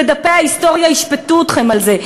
ודפי ההיסטוריה ישפטו אתכם על זה.